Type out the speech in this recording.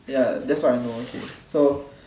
ya that's what I know okay so